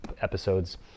episodes